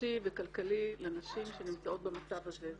נפשי וכלכלי לנשים שנמצאות במצב הזה.